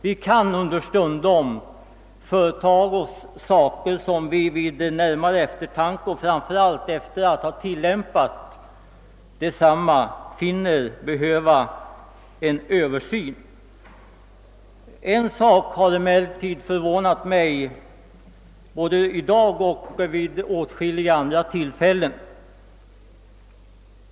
Vi kan understundom företa oss saker, som vi vid närmare eftertanke och framför allt efter en tids prövning finner vara i behov av översyn. En sak har emellertid förvånat mig, både i dag och vid åtskilliga andra tillfällen.